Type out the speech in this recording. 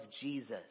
Jesus